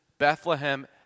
Bethlehem